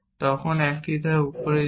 তখন এটি 1 ধাপ উপরে যায়